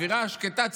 האווירה השקטה,